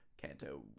Kanto